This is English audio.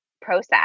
process